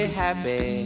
happy